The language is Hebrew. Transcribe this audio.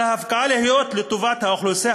על ההפקעה להיות לטובת האוכלוסייה